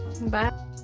Bye